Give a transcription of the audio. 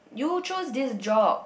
you choose this job